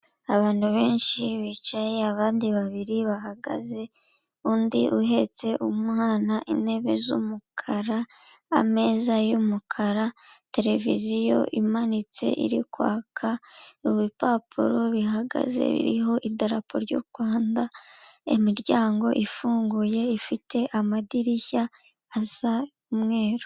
Abantu benshi bicaye abandi babiri bahagaze, undi uhetse umwana, intebe z'umukara, ameza y'umukara, televiziyo imanitse iri kwaka, ibipapuro bihagaze biriho idarapo ry'u Rwanda, imiryango ifunguye ifite amadirishya asa umweru.